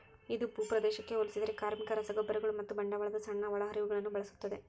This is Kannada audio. ಇದು ಭೂಪ್ರದೇಶಕ್ಕೆ ಹೋಲಿಸಿದರೆ ಕಾರ್ಮಿಕ, ರಸಗೊಬ್ಬರಗಳು ಮತ್ತು ಬಂಡವಾಳದ ಸಣ್ಣ ಒಳಹರಿವುಗಳನ್ನು ಬಳಸುತ್ತದೆ